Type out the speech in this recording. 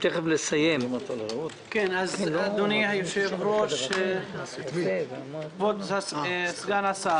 אדוני היושב-ראש, כבוד סגן השר.